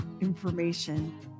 information